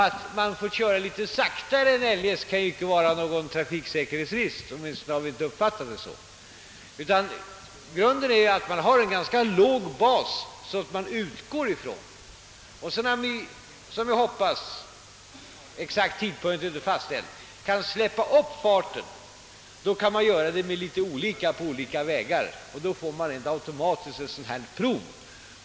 Att man får köra litet långsammare än eljest kan inte vara någon trafiksäkerhetsrisk, åtminstone har vi inte uppfattat det så. Grundtanken är att man bör ha en ganska låg bas att utgå ifrån och att man sedan när man som vi hoppas — exakta tidpunkten vet vi ännu ej — kan släppa upp farten, gör det olika på olika vägar. Då får man rent automatiskt ett Prov.